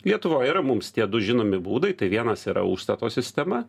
lietuvoj yra mums tie du žinomi būdai tai vienas yra užstato sistema